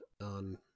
on